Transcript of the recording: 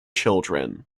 children